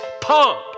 pump